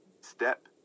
Step